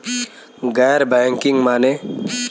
गैर बैंकिंग माने?